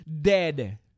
dead